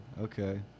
Okay